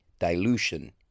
Dilution